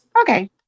Okay